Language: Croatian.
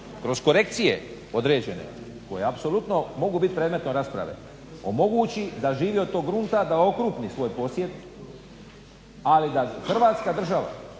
kroz korekcije određene, koje apsolutno mogu biti predmetom rasprave, omogući da žive od tog grunta, da okrupni svoj posjed ali da Hrvatska država